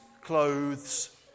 clothes